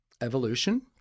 evolution